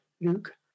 Luke